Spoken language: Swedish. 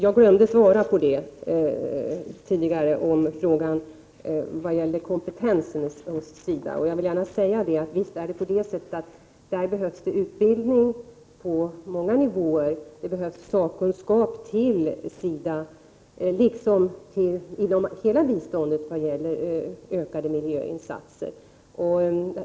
Jag glömde tidigare att svara på frågan om kompetensen inom SIDA. Visst behövs det där utbildning på många nivåer, och visst behöver sakkunskap tillföras SIDA liksom hela biståndet vad gäller ökade miljöinsatser.